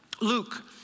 Luke